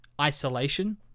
isolation